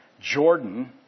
Jordan